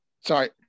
Sorry